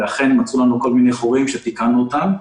ואכן מצאו לנו כל מיני חורים שתיקנו אותם.